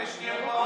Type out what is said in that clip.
כדי שתהיה פה,